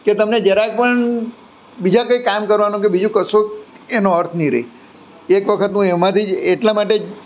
કે તમને જરાક પણ બીજા કંઇ કામ કરવાનું કે બીજું કશું એનો અર્થ નહીં રહે એક વખત તો એમાંથી જ એટલા માટે જ